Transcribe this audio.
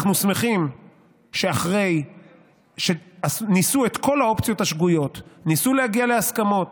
אנחנו שמחים שאחרי שניסו את כל האופציות השגויות וניסו להגיע להסכמות